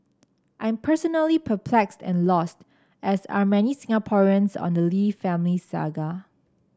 I'm personally perplexed and lost as are many Singaporeans on the Lee family saga